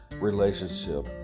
relationship